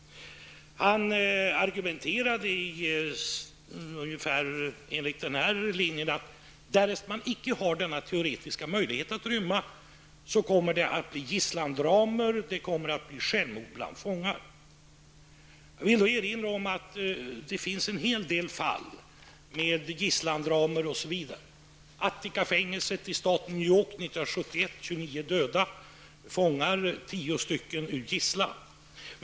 Weibo argumenterade ungefär efter denna linje: Därest man icke har den teoretiska möjligheten att rymma, kommer det att bli gisslandramer och självmord bland fångarna. Jag vill erinra om att det förekommit en hel del fall av gisslandramer osv., t.ex. i Attica-fängelset i staten New York år 1971 då 29 fångar och 10 ur gisslan dödades.